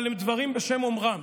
אבל אלה דברים בשם אומרם,